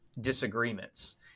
disagreements